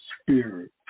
spirit